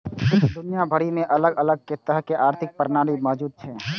दुनिया भरि मे अलग अलग तरहक आर्थिक प्रणाली मौजूद छै